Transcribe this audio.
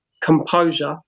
composure